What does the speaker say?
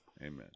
amen